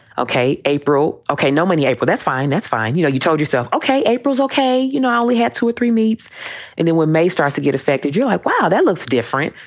okay. april. ok. no money. well, that's fine. that's fine. you know, you told yourself, ok. april's ok. you know, i only had two or three meats and they were may start to get affected. you like, wow, that looks different,